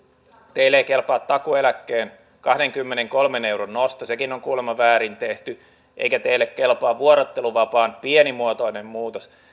teille ei kelpaa takuu eläkkeen kahdenkymmenenkolmen euron nosto sekin on kuulemma väärin tehty eikä teille kelpaa vuorotteluvapaan pienimuotoinen muutos